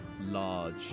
large